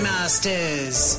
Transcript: Masters